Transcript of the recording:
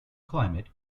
climate